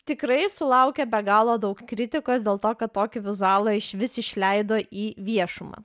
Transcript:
tikrai sulaukia be galo daug kritikos dėl to kad tokį vizualą išvis išleido į viešumą